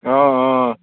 অঁ অঁ অঁ